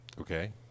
Okay